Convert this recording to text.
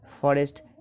forest